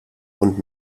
und